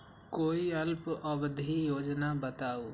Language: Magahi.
कोई अल्प अवधि योजना बताऊ?